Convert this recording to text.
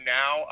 now